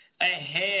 ahead